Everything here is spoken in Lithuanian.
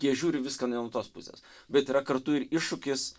jie žiūri viską ne nuo tos pusės bet yra kartu ir iššūkis